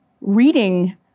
reading